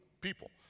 people